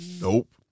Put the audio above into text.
Nope